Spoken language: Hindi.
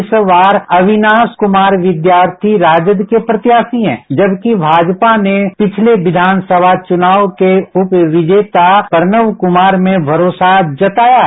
इस बार अविनाश कमार विद्यार्थी राजद के प्रत्याशो हैं जबकि भाजपा ने पिछले विधान सभा चुनाव के उप विजेता प्रणव कमार में भरोसा जताया है